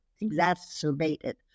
exacerbated